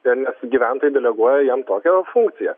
ir nes gyventojai deleguoja jam tokią funkciją